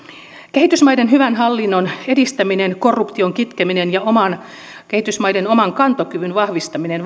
kehitysmaiden hyvän hallinnon edistäminen korruption kitkeminen ja kehitysmaiden oman kantokyvyn vahvistaminen